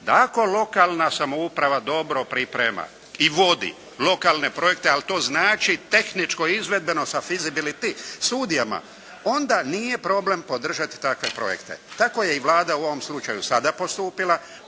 Da ako lokalna samouprava dobro priprema i vodi lokalne projekte, ali to znači tehničko izvedbeno sa fizibiliti studijama, onda nije problem podržati takve projekte. Tako je i Vlada u ovom slučaju sada postupila,